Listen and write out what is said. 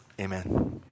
amen